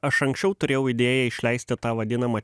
aš anksčiau turėjau idėją išleisti tą vadinamą